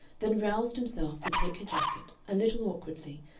then roused himself to take her jacket, a little awkwardly,